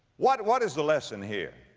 what, what is the lesson here?